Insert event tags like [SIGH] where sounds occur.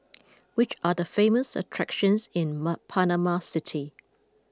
which are the famous attractions in [HESITATION] Panama City